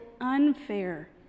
unfair